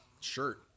shirt